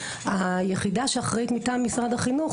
היחידה שאחראית מטעם משרד החינוך,